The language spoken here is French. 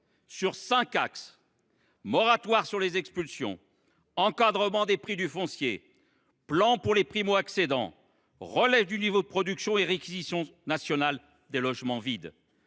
de cinq axes : moratoire sur les expulsions, encadrement des prix du foncier, plan pour les primo accédants, relève du niveau de production et réquisition nationale des logements vides.